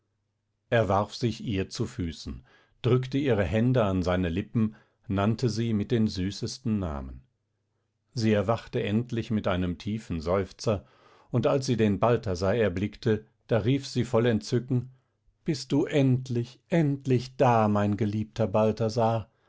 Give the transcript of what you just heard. er warf sich ihr zu füßen drückte ihre hände an seine lippen nannte sie mit den süßesten namen sie erwachte endlich mit einem tiefen seufzer und als sie den balthasar erblickte da rief sie voll entzücken bist du endlich endlich da mein geliebter balthasar